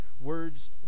words